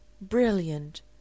brilliant